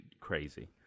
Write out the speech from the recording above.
crazy